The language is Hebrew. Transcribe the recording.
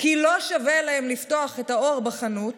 כי לא שווה להם לפתוח את האור בחנות